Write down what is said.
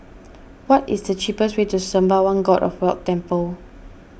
what is the cheapest way to Sembawang God of Wealth Temple